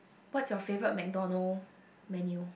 what's your favourite MacDonald menu